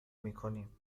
میکنیم